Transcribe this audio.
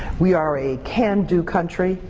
we are a can-do country.